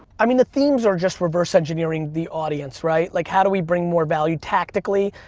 i mean the themes are just reverse engineering the audience, right, like how do we bring more value tactically,